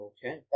Okay